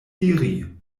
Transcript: diri